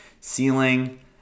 ceiling